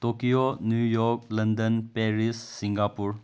Tokyo New York London Paris Singapore